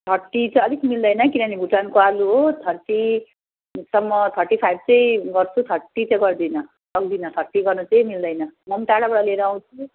thirty चाहिँ अलिक मिल्दैन किनभने भुटानको आलु हो थर्टीसम्म थर्टी फाइभ चाहिँ गर्छु थर्टी चाहिँ गर्दिन सक्दिन थर्टी गर्नु चाहिँ मिल्दैन म पनि टाढाबाट लिएर आउँछु